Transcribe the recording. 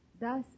thus